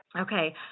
Okay